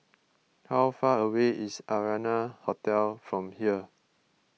how far away is Arianna Hotel from here